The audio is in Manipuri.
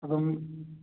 ꯑꯗꯨꯝ